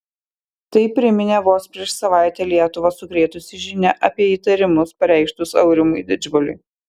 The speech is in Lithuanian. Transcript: tai priminė vos prieš savaitę lietuvą sukrėtusi žinia apie įtarimus pareikštus aurimui didžbaliui